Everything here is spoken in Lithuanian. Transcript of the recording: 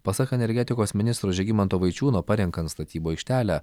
pasak energetikos ministro žygimanto vaičiūno parenkant statybų aikštelę